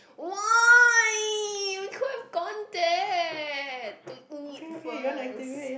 why you could gone there to eat first